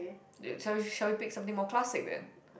uh shall we shall we pick something more classic then